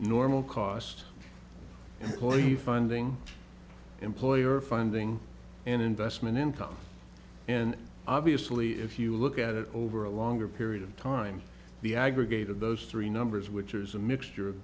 normal cost for you finding employer funding and investment income and obviously if you look at it over a longer period of time the aggregate of those three numbers which is a mixture of